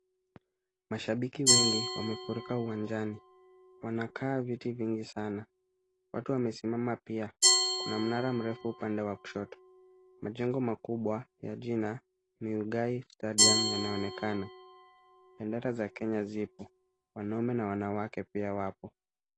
Mashabiki wengi wamefurika uwanjani. Wanakaa viti vingi sana, watu wamesimama pia. Kuna mnara mrefu upande wa kushoto. Majengo makubwa ya jina Muigai Stadium yanaonekana. Bendera za Kenya zipo. Wanaume na wanawake pia wapo.